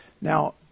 Now